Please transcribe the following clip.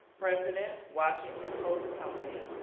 president, washington post company.